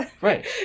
Right